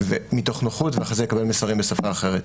מתוך נוחות ואחרי זה יקבל מסרים בשפה אחרת.